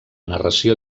narració